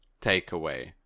takeaway